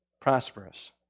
prosperous